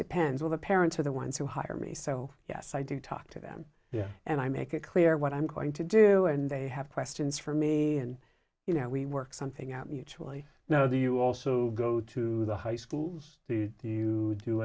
depends where the parents are the ones who hire me so yes i do talk to them yeah and i make it clear what i'm going to do and they have questions for me and you know we work something out mutually now do you also go to the high schools do you do